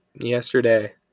yesterday